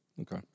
Okay